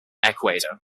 ecuador